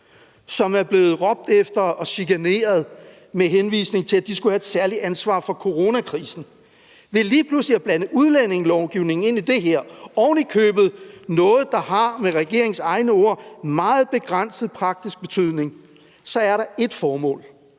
som er blevet råbt efter og chikaneret, med henvisning til at de skulle have et særligt ansvar for coronakrisen. Ved lige pludselig at blande udlændingelovgivningen ind i det her, ovenikøbet noget, der med regeringens egne ord har meget begrænset praktisk betydning, er der ét formål: